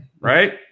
Right